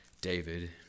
David